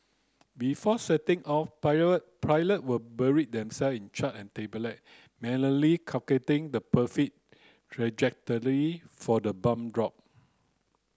before setting off pilot would bury themselves in chart and manually calculating the perfect trajectory for the bomb drop